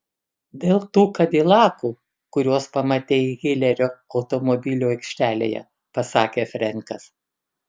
dėl tų kadilakų kuriuos pamatei hilerio automobilių aikštelėje pasakė frenkas